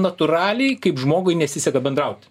natūraliai kaip žmogui nesiseka bendrauti